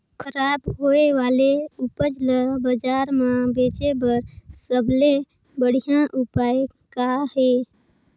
खराब होए वाले उपज ल बाजार म बेचे बर सबले बढ़िया उपाय का हे?